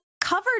covered